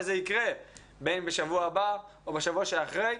וזה יקרה בין אם בשבוע הבא או בשבוע שאחרי.